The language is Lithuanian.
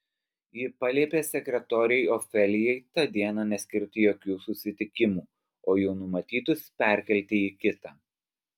ji paliepė sekretorei ofelijai tą dieną neskirti jokių susitikimų o jau numatytus perkelti į kitą